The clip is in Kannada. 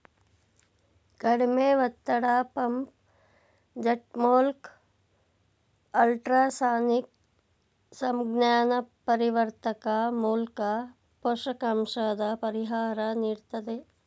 ಕಡಿಮೆ ಒತ್ತಡ ಪಂಪ್ ಜೆಟ್ಮೂಲ್ಕ ಅಲ್ಟ್ರಾಸಾನಿಕ್ ಸಂಜ್ಞಾಪರಿವರ್ತಕ ಮೂಲ್ಕ ಪೋಷಕಾಂಶದ ಪರಿಹಾರ ನೀಡ್ತದೆ